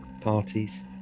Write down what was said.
Parties